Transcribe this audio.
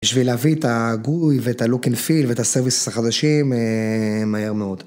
בשביל להביא את הגוי ואת ה-Look And Feel ואת הService החדשים, מהר מאוד.